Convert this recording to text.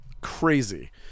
crazy